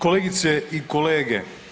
Kolegice i kolege.